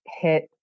hit